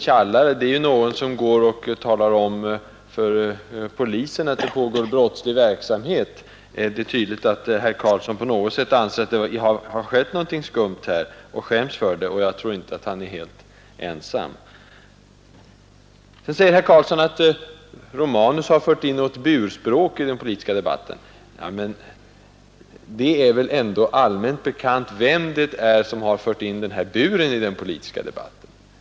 Tjallare är någon som går och talar om för polisen att det pågår brottslig verksamhet. Det är tydligt att herr Karlsson på något sätt anser att det skett något skumt i utskottet och skäms för det, och jag tror inte att han är helt ensam. Herr Karlsson säger vidare att herr Romanus har fört in ett ”bur-språk” i debatten. Men det är väl ändå allmänt bekant vem det är som förde in den här buren i den politiska diskussionen.